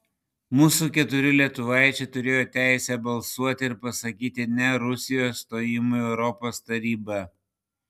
mūsų keturi lietuvaičiai turėjo teisę balsuoti ir pasakyti ne rusijos stojimui į europos tarybą